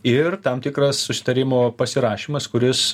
ir tam tikras susitarimo pasirašymas kuris